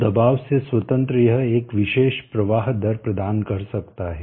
तो दबाव से स्वतंत्र यह एक विशेष प्रवाह दर प्रदान कर सकता है